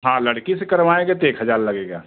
हाँ लड़की से करवाएँगे तो एक हज़ार लगेगा